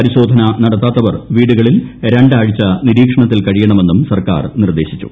പരിശോധന നടത്താത്തവർ വീടുകളിൽ രണ്ടാഴ്ച നിരീക്ഷണത്തിൽ കഴിയണമെന്നും സർക്കാർ നിർദ്ദേശിച്ചു